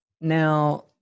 now